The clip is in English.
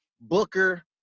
Booker